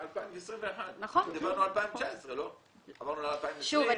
זה 2021. דיברנו על 2019. שוב,